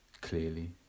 clearly